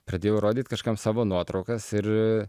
pradėjau rodyt kažkam savo nuotraukas ir